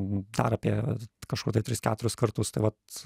dar apie kažkur tai tris keturis kartus tai vat